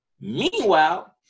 Meanwhile